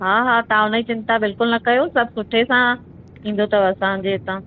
हा हा तव्हां हुनजी चिंता बिल्कुलु ना कयो सभु सुठे सां ईंदो अथव असांजे हितां